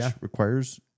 requires